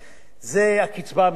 היום, בחוק, זו הקצבה המזכה.